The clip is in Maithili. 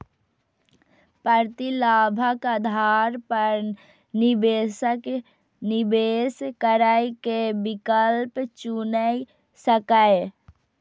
प्रतिलाभक आधार पर निवेशक निवेश करै के विकल्प चुनि सकैए